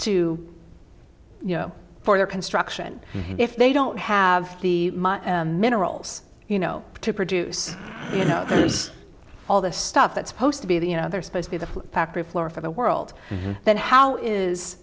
to you know for their construction if they don't have the minerals you know to produce you know there's all this stuff that supposed to be the you know they're supposed to be the factory floor for the world then how is